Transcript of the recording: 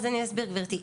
אני אסביר, גברתי.